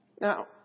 Now